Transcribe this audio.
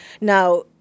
Now